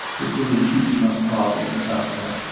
this is a huge enough problem without the